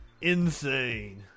Insane